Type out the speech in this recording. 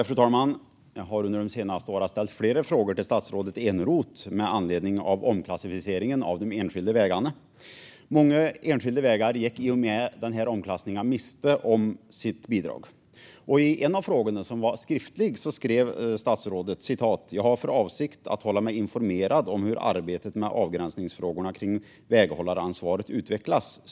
Fru talman! Jag har under de senaste åren ställt flera frågor till statsrådet Eneroth med anledning av omklassificeringen av de enskilda vägarna. Många enskilda vägar gick i och med denna omklassificering miste om sitt bidrag. På en av mina frågor, som var skriftlig, svarade statsrådet så här: "Jag har för avsikt att hålla mig informerad om hur arbetet med avgränsningsfrågorna kring väghållaransvaret utvecklas."